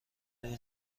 این